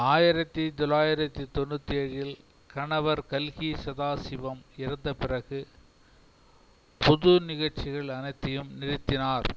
ஆயிரத்தி தொள்ளாயிரத்தி தொண்ணூத்தி ஏழில் கணவர் கல்கி சதாசிவம் இறந்த பிறகு பொது நிகழ்ச்சிகள் அனைத்தையும் நிறுத்தினார்